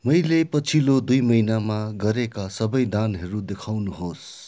मैले पछिल्लो दुई महिनामा गरेका सबै दानहरू देखाउनुहोस्